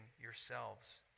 yourselves